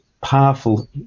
powerful